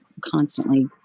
constantly